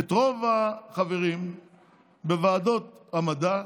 את רוב החברים בוועדות המדע,